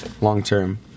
long-term